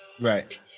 Right